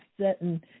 setting